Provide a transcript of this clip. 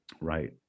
Right